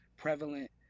prevalent